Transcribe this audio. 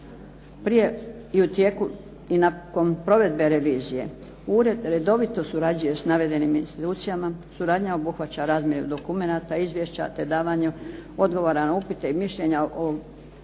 Prije i u tijeku i nakon provedbe revizije, ured redovito surađuje s navedenim institucijama, suradnja obuhvaća razmjenu dokumenata izvješća te davanju odgovora na upite i mišljenja o pojedinim